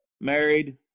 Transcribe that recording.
married